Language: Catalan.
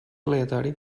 aleatori